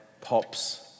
pops